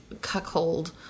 Cuckold